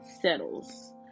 settles